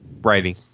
writing